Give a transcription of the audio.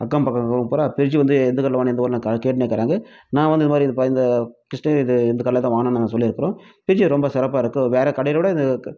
அக்கம் பக்கம் இருக்கிறவங்க பூராக ஃபிரிட்ஜ் வந்து எந்த கடையில் வாங்குனீங்கள் எந்த கேட்டுன்னு இருக்குறாங்க நான் வந்து இது மாதிரி இதுப்பா இந்த கிருஷ்ணகிரி இது இந்த கடையில்தான் வாங்கினேன் நாங்கள் சொல்லிருக்குறோம் ஃபிரிட்ஜ் ரொம்ப சிறப்பாக இருக்கும் வேற கடையில் விட இது